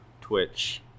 Twitch